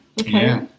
Okay